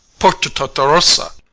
portotartarossa.